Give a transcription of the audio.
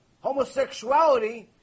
homosexuality